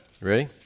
ready